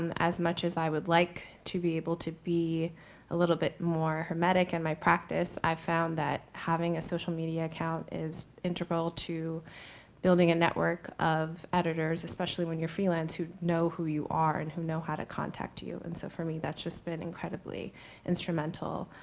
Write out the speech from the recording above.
and as much as i would like to be able to be a little bit more hermetic in my practice, i found that having a social media account is integral to building a network of editors, especially when you freelance, who know who you are and who know how to contact you. and so for me that's just been incredibly instrumental.